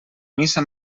missa